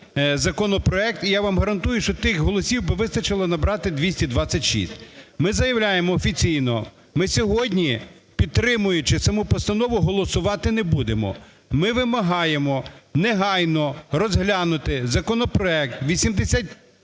я вам гарантую, що тих голосів би вистачило набрати 226. Ми заявляємо офіційно, ми сьогодні, підтримуючи саму постанову, голосувати не будемо. Ми вимагаємо негайно розглянути законопроект 8362